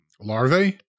larvae